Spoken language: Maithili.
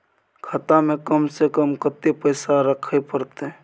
खाता में कम से कम कत्ते पैसा रखे परतै?